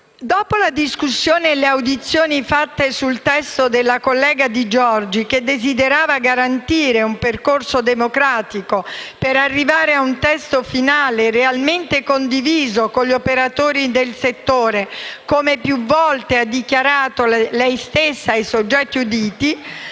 sono state svolte le audizioni sul testo della collega Di Giorgi, che desiderava garantire un percorso democratico per arrivare a un testo finale realmente condiviso con gli operatori del settore, come più volte ha dichiarato ella stessa ai soggetti auditi.